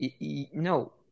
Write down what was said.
No